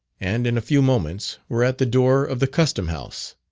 and in a few moments were at the door of the custom-house.